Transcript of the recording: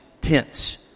tents